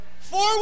Four